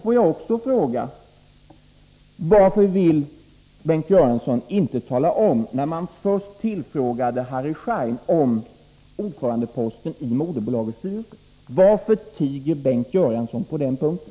Får jag också till slut fråga: Varför vill Bengt Göransson inte tala om när man först tillfrågade Harry Schein om ordförandeposten i moderbolagets styrelse? Varför tiger Bengt Göransson på den punkten?